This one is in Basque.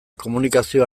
komunikazio